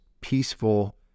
peaceful